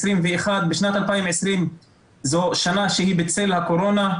בשנת 2020 זזו שנה שהיא בצל הקורונה,